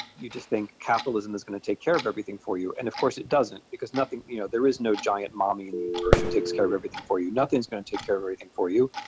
you just think capitalism is going to take care of everything for you. and of course it doesn't, because you know there is no giant mommy in the universe who takes care of everything for you. nothing's going to take care of everything for you.